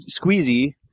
squeezy